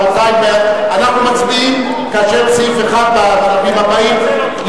רבותי, אנחנו מצביעים, סעיף 1 ישונה